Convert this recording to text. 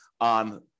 on